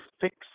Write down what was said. fix